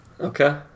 Okay